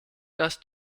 dass